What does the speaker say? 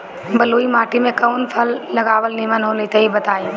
बलुई माटी में कउन फल लगावल निमन होई तनि बताई?